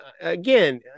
again